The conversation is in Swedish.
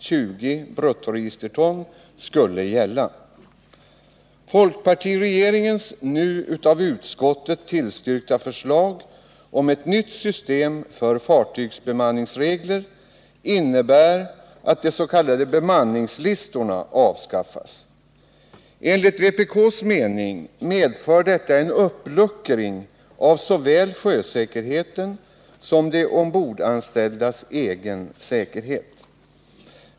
Folkpartiregeringens nu av utskottet tillstyrkta förslag om ett nytt regelsystem för fartygsbemanning innebär att de s.k. bemanningslistorna avskaffas. Enligt vpk:s mening medför detta en uppluckring av såväl sjösäkerheten som de ombordanställdas egen säkerhet.